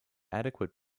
adequate